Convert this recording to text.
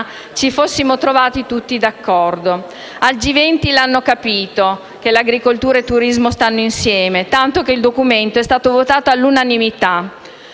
ci fossimo trovati tutti d'accordo. Al G20 l'hanno capito che agricoltura e turismo stanno insieme, tanto che il documento è stato votato all'unanimità.